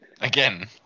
Again